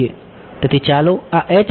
તેથી ચાલો આ લઈએ